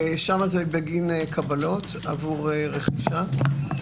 שם זה בגין קבלות עבור רכישה.